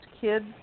kids